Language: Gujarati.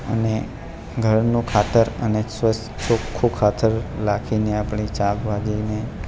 અને ઘરનું ખાતર અને સ્વસ્થ્ય ચોખ્ખું ખાતર રાખીને આપણે ચાલવા જઈને